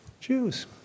Jews